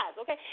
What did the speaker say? okay